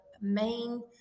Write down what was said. main